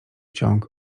ciąg